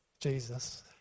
Jesus